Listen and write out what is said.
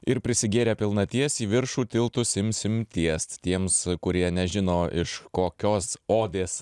ir prisigėrę pilnaties į viršų tiltus imsim tiest tiems kurie nežino iš kokios odės